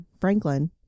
franklin